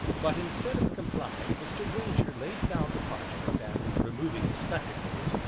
but instead of complying, mr. grainger laid down the parchment, and removing his spectacles,